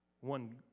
One